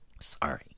Sorry